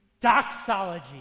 doxology